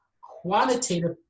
quantitative